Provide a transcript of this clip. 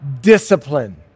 discipline